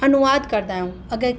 अनुवाद कंदा आहियूं अगरि